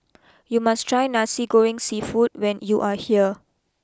you must try Nasi Goreng Seafood when you are here